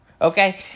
okay